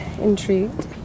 intrigued